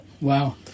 Wow